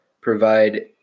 provide